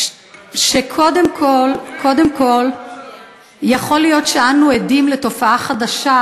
שקודם כול יכול להיות שאנו עדים לתופעה חדשה,